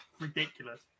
Ridiculous